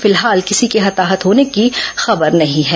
फिलहाल किसी के हताहत होने की खबर नहीं है